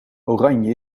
oranje